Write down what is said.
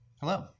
Hello